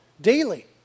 daily